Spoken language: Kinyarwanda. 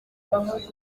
aho